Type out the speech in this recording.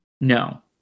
No